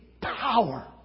power